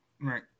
Right